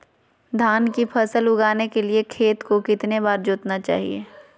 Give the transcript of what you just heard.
धान की फसल उगाने के लिए खेत को कितने बार जोतना चाइए?